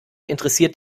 interessiert